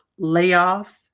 layoffs